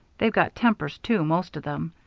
they've got tempers, too, most of them.